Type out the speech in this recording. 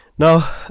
Now